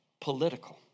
political